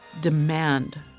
demand